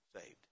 saved